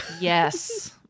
yes